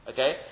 Okay